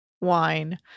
Wine